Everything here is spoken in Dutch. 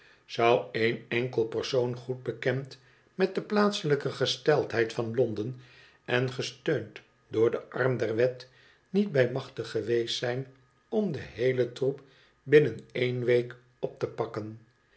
zou één enkel persoon goed bekend met de plaatselijke gesteldheid van londen en gesteund door den arm der wet niet bij machte geweest zijn om den heelen troep binnen één week op te pakken